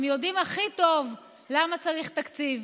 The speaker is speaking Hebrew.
הם יודעים הכי טוב למה צריך תקציב.